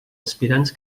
aspirants